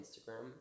Instagram